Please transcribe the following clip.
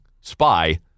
spy